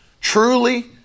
truly